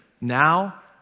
now